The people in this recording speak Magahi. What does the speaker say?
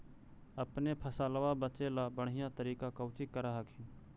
अपने फसलबा बचे ला बढ़िया तरीका कौची कर हखिन?